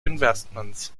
investments